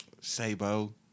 Sabo